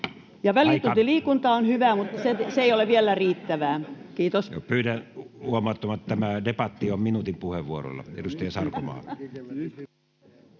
Ja välituntiliikunta on hyvä, mutta se ei ole vielä riittävää. — Kiitos. Pyydän huomaamaan, että tämä debatti on minuutin puheenvuoroilla. — Edustaja Sarkomaa.